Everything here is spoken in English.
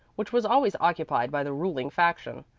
which was always occupied by the ruling faction.